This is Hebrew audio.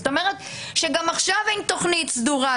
זאת אומרת, גם עכשיו אין תוכנית סדורה.